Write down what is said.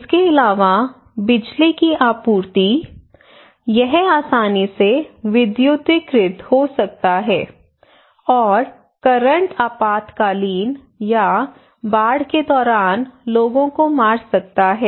इसके अलावा बिजली की आपूर्ति यह आसानी से विद्युतीकृत हो सकता है और करंट आपातकालीन या बाढ़ के दौरान लोगों को मार सकता है